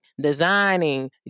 designing